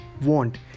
want